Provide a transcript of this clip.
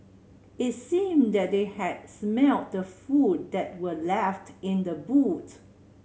it seemed that they had smelt the food that were left in the boot